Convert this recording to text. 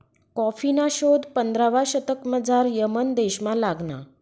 कॉफीना शोध पंधरावा शतकमझाऱ यमन देशमा लागना